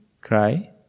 cry